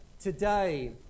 today